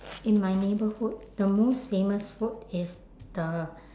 in my neighbourhood the most famous food is the